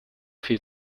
viel